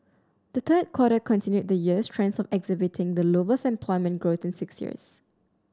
the third quarter continued the year's trend of exhibiting the lowest employment growth in six years